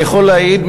אני יכול להעיד,